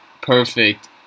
perfect